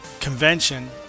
convention